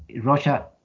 Russia